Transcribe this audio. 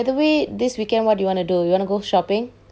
by the way this weekend what do you want to do you wanna go shopping